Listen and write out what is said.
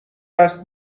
است